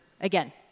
again